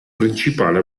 principale